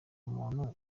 umuntu